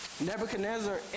Nebuchadnezzar